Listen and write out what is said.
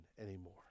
anymore